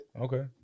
Okay